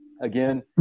again